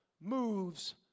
moves